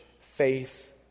faith